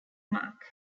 mark